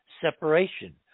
separation